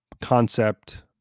concept